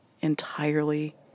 entirely